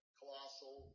colossal